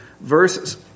verses